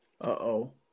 Uh-oh